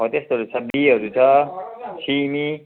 हौ त्यस्तोहरू छ बिईँहरू छ सिमी